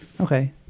okay